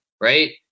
right